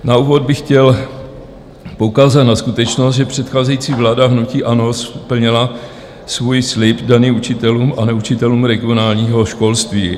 Na úvod bych chtěl poukázat na skutečnost, že předcházející vláda hnutí ANO splnila svůj slib daný učitelům a neučitelům regionálního školství.